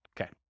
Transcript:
Okay